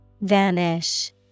Vanish